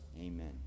Amen